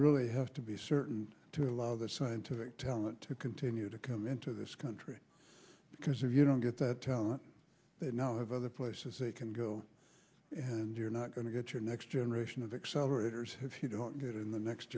really have to be certain to allow the scientific talent to continue to come into this country because if you don't get that talent now of other places they can go and you're not going to get your next generation of excel writers have you don't get in the next